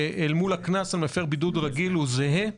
מול הקנס אל מפר בידוד רגיל הוא זהה?